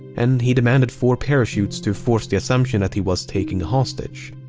and he demanded four parachutes to force the assumption that he was taking a hostage.